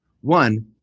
One